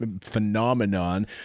phenomenon